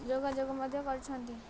ଯୋଗାଯୋଗ ମଧ୍ୟ କରିଛନ୍ତି